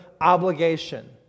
obligation